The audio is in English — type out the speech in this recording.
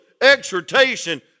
exhortation